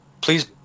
Please